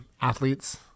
athletes